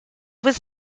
was